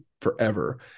forever